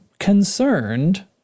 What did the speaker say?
concerned